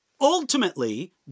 Ultimately